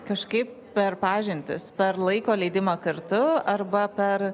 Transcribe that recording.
kažkaip per pažintis per laiko leidimą kartu arba per